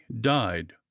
died